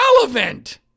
relevant